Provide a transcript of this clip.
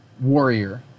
warrior